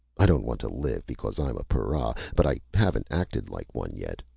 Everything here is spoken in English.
i don't want to live because i'm a para, but i haven't acted like one yet.